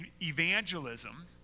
evangelism